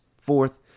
fourth